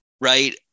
Right